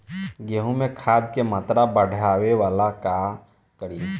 गेहूं में खाद के मात्रा बढ़ावेला का करी?